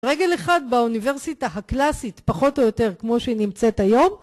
רגל אחד באוניברסיטה הקלאסית, פחות או יותר כמו שהיא נמצאת היום